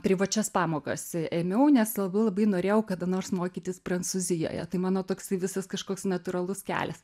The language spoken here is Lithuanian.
privačias pamokas ėmiau nes labai labai norėjau kada nors mokytis prancūzijoje tai mano toksai visas kažkoks natūralus kelias